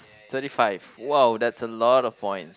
thirty five !wow! that's a lot of points